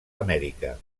amèrica